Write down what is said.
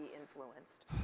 influenced